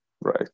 Right